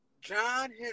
John